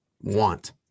want